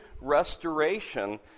restoration